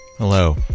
Hello